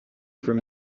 from